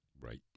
right